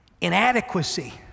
inadequacy